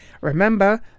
Remember